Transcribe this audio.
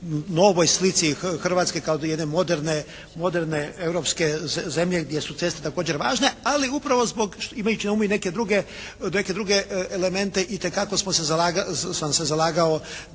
novoj slici Hrvatske kao jedne moderne europske zemlje gdje su ceste također važne. Ali upravo zbog, imajući na umu i neke druge elemente itekako smo se zalagali,